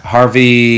Harvey